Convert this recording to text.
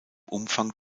umfang